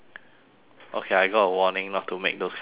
okay I got a warning not to make those kind of noises